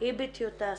היא בטיוטה סופית,